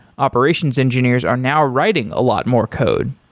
operations engineers are now writing a lot more code.